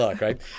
right